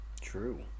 true